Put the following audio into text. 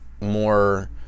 more